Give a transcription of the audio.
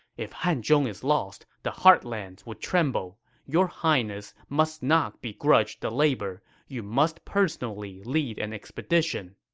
if hanzhong is lost, the heartlands would tremble. your highness must not begrudge the labor you must personally lead an expedition.